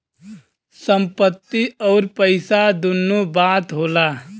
संपत्ति अउर पइसा दुन्नो बात होला